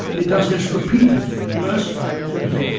it does this repeatedly in bursts of activity,